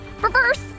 Reverse